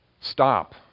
stop